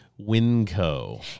WinCo